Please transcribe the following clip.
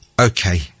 Okay